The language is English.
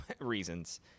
reasons